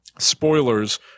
spoilers